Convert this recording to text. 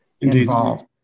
involved